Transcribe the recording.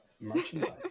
merchandise